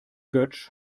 götsch